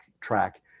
track